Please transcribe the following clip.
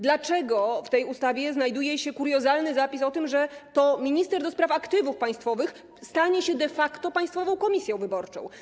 Dlaczego w tej ustawie znajduje się kuriozalny zapis o tym, że to minister do spraw aktywów państwowych stanie się de facto Państwową Komisją Wyborczą?